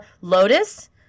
Lotus